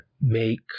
make